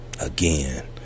Again